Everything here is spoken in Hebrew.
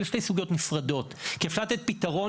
אלו שתי סוגיות נפרדות, כי אפשר לתת פתרון.